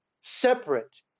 separate